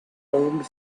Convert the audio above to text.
armed